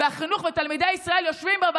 חודש שלם, מה שעושים, משפט לסיכום.